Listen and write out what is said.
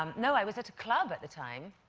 um no, i was at a club at the time.